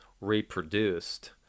reproduced